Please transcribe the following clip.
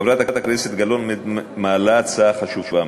חברת הכנסת גלאון מעלה הצעה חשובה מאוד,